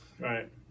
Right